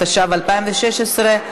התשע"ו 2016,